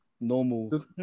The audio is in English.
normal